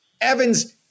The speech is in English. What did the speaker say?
Evans